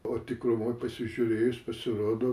o tikrumoj pasižiūrėjus pasirodo